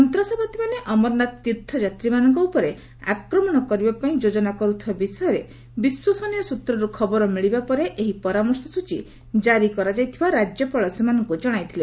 ସନ୍ତାସବାଦୀମାନେ ଅମରନାଥ ତୀର୍ଥଯାତ୍ରୀମାନଙ୍କ ଉପରେ ଆକ୍ରମଣ କରିବା ପାଇଁ ଯୋଜନା କରୁଥିବା ବିଷୟରେ ବିଶ୍ୱସନୀୟ ସୂତ୍ରରୁ ଖବର ମିଳିବା ପରେ ଏହି ପରାମର୍ଶ ସୂଚୀ ଜାରି କରାଯାଇଥିବା ରାଜ୍ୟପାଳ ସେମାନଙ୍କୁ ଜଣାଇଥିଲେ